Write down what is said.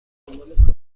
کنم